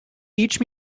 each